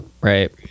Right